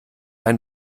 ein